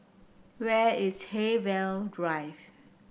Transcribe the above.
where is Haigsville Drive